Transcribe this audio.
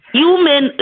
human